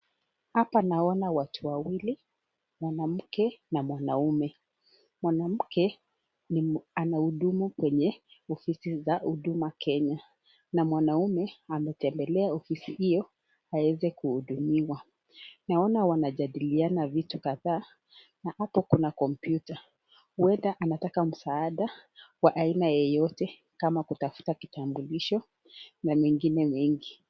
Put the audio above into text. Hapa naona watu wawili. Mwanamke na mwanaume. Mwanamke anahudumu kwenye ofisi za huduma Kenya na mwanaume ametembelea ofisi hiyo aweze kuhudumiwa. Naona wanajadiliana vitu kadhaa na hata kuna kompyuta. Huenda anataka msaada wa aina yoyote kama kutafuta kitambulisho na mengine mengi.